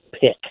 pick